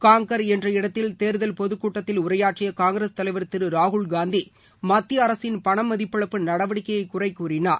conquer என்ற இடத்தில் தேர்தல் பொதுக்கூட்டத்தில் உரையாற்றிய காங்கிரஸ் தலைவர் திரு ராகுல்காந்தி மத்திய அரசின் பணமதிப்பிழப்பு நடவடிக்கையை குறை கூறினார்